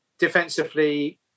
defensively